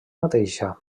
mateixa